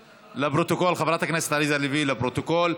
לפרוטוקול, חברת הכנסת עליזה לביא, לפרוטוקול.